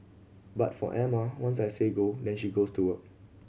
but for Emma once I say go then she goes to work